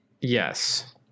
Yes